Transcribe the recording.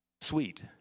sweet